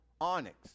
onyx